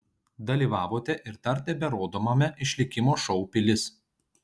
dalyvavote ir dar teberodomame išlikimo šou pilis